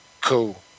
Cool